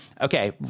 Okay